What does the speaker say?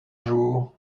jour